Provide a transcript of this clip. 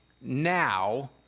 now